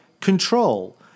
control